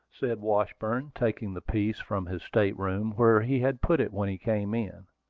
said washburn, taking the piece from his state-room, where he had put it when he came in.